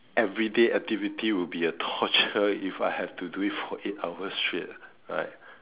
everyday activity will be a torture if I have to do it for eight hours straight right